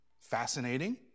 Fascinating